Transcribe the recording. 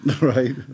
Right